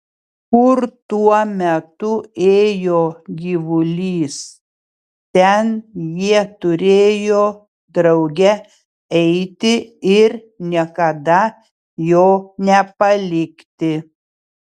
kur tuo metu ėjo gyvulys ten jie turėjo drauge eiti ir niekada jo nepalikti